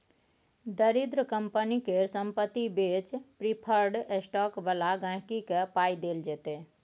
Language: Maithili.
दरिद्र कंपनी केर संपत्ति बेचि प्रिफर्ड स्टॉक बला गांहिकी केँ पाइ देल जेतै